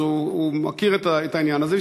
אז הוא מכיר את העניין הזה,